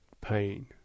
pain